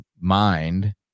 mind